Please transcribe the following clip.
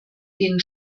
denen